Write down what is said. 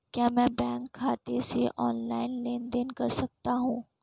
क्या मैं बैंक खाते से ऑनलाइन लेनदेन कर सकता हूं?